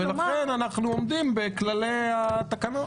ולכן אנחנו עומדים בכללי התקנון.